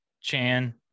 Chan